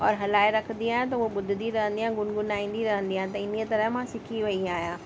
और हलाइ रखदी आहियां त हो ॿुधदी रहंदी आहियां गुनगुनाईंदी रहंदी आहे त इन ई तरह मां सिखी वई आहियां